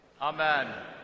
amen